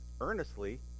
earnestly